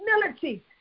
humility